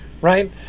right